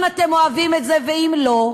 אם אתם אוהבים את זה ואם לא,